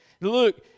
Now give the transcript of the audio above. look